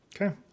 Okay